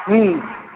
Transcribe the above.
हुँ